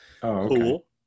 cool